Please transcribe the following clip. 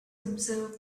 observe